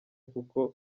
kuko